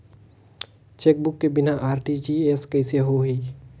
Chequebook के बिना RTGS कइसे होही?